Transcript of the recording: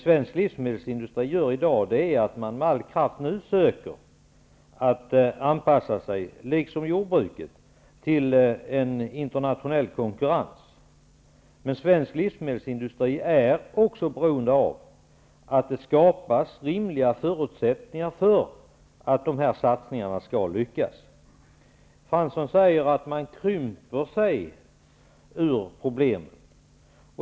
Svensk livsmedelsindustri, liksom jordbruket, försöker i dag med all kraft att anpassa sig till en internationell konkurrens. Svensk livsmedelsindustri är emellertid beroende av att det skapas rimliga förutsättningar för att dessa satsningar skall lyckas. Jan Fransson sade att man krymper sig ur problemet.